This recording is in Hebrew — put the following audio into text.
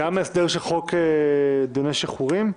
גם ההסדר של חוק דיוני שחרורים?